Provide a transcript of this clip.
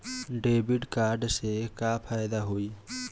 Debit card से का फायदा होई?